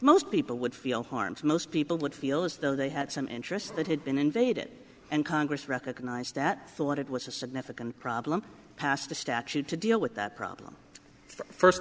most people would feel harms most people would feel as though they had some interest that had been invaded and congress recognized that thought it was a significant problem passed the statute to deal with that problem first